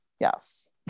yes